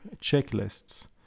checklists